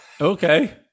Okay